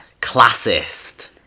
classist